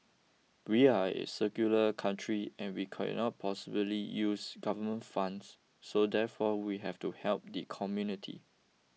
we are a secular country and we cannot possibly use government funds so therefore we have to help the community